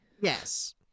Yes